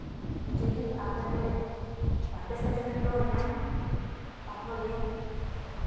ᱡᱚᱫᱤ ᱟᱯᱮ ᱵᱟᱯᱮ ᱥᱮᱴᱮᱨ ᱦᱚᱴᱚ ᱟᱹᱧᱟ ᱛᱟᱦᱚᱞᱮ